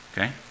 Okay